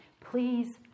Please